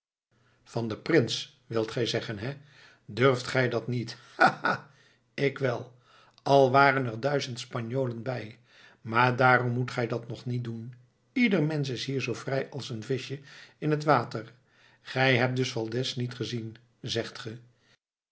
van den prins wilt gij zeggen hé durft gij dat niet ha ha ik wel al waren er duizend spanjolen bij maar daarom moet gij dat nog niet doen ieder mensch is hier zoo vrij als een vischje in het water gij hebt dus valdez niet gezien zegt ge